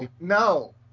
No